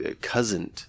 cousin